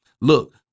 look